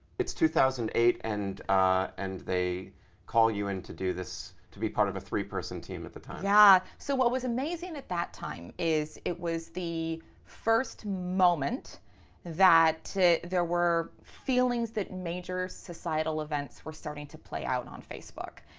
it's two thousand and eight and and they call you in to do this, to be part of a three-person team at the time. yeah so what was amazing at that time is it was the first moment that there were feelings that major societal events were starting to play out on facebook.